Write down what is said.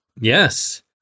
Yes